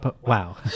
Wow